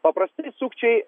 paprastai sukčiai